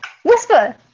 Whisper